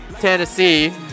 Tennessee